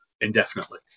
indefinitely